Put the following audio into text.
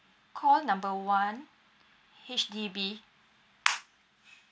call number one H_D_B